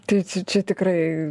tai čia čia tikrai